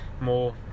more